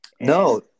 No